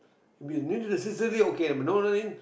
if no necessary okay but you know what I mean